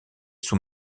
sous